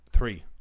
Three